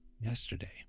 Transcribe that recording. yesterday